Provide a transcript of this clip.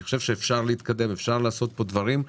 אני חושב שאפשר להתקדם ולעשות דברים,